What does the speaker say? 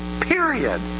period